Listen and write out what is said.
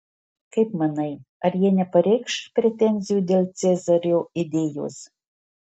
kaip manai ar jie nepareikš pretenzijų dėl cezario idėjos